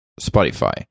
Spotify